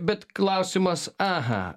bet klausimas aha